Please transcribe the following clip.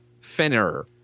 Fenner